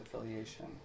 affiliation